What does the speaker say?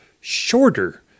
shorter